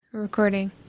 Recording